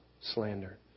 slander